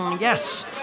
Yes